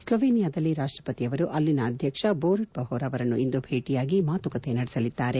ಸ್ಲೋವೇನಿಯಾದಲ್ಲಿ ರಾಷ್ಪಪತಿಯವರು ಅಲ್ಲಿನ ಅಧ್ಯಕ್ಷ ಬೋರುಟ್ ಪಹೋರ್ ಅವರನ್ನು ಇಂದು ಭೇಟಿಯಾಗಿ ಮಾತುಕತೆ ನಡೆಸಲಿದ್ದಾರೆ